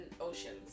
oceans